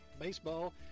baseball